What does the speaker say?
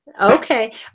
Okay